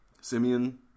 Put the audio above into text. Simeon